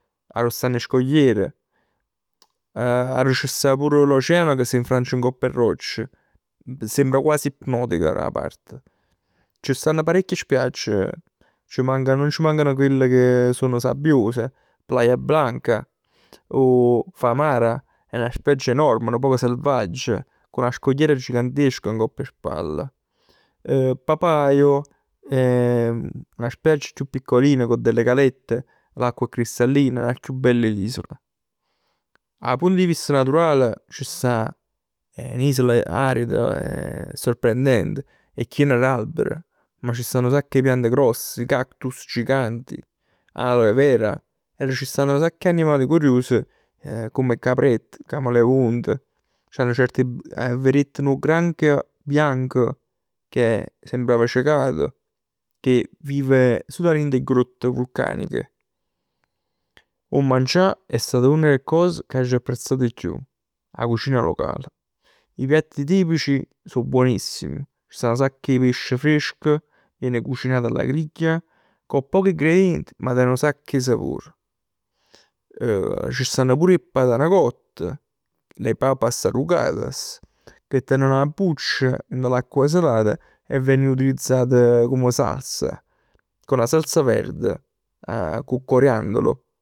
Arò stann 'e scogliere. Arò c' sta pur l'oceano ca s' infrange ngopp 'e rocce. Sembra quasi ipnotica 'a parte. C' stanno parecchie spiagge. C' mancano, nun c' mancano quelle che sono sabbiose. Playa Blanca, o Famara, è enorme, nu poc selvaggia, cu 'na scogliera gigantesca ngopp 'e spalle. Papagayo è 'na spiaggia chiù piccolina con delle calette, l'acqua è cristallina. L'acqua chiù bell 'e l'isola. 'A punt 'e vista naturale c' sta, è n'isola arida, sorprendente, è chien d'alber. Ma ci stanno nu sacc 'e piante gross, cactus giganti, alohe vera e c' stann nu sacc 'e animal curius come 'e caprette, camaleont. C'hanno certe. Veriett nu granchio bianco che sembrava cecato, che vive sul a'int 'e grotte vulcaniche. 'O mangià è stat una d' 'e cose che agg apprezzato 'e chiù. 'A cucina locale. I piatti tipici so buonissimi. Ci sta nu sacc 'e pesce fresco, viene cucinato alla griglia. Cu pochi ingredienti, ma ten nu sacc 'e sapor. Ci stann pur 'e patan cott, le papas arrugadas che tenen 'a buccia, dint 'a l'acqua salata e venen utilizzate come salsa. Con la salsa verde, cu 'o coriandolo